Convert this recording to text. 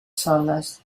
soles